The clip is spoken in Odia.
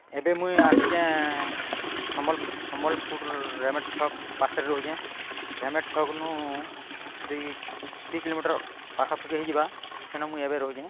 ଏବେ ମୁଇଁ ଆସିଚେଁ ସମ୍ବଲ୍ପୁର୍ ସମ୍ବଲ୍ପୁର୍ ରେମେଡ଼୍ ଛକ୍ ପାଶ୍ରେ ରହୁଚେଁ ରେମେଡ଼୍ ଛକ୍ନୁ ଦୁଇ ଦୁଇ କିଲୋମିଟର୍ ପାଖାପୁଖି ହେଇଯିବା ସେନ ମୁଇଁ ଏବେ ରହୁଚେଁ